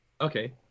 Okay